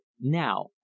Now